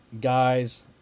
guys